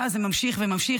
ואז זה ממשיך וממשיך,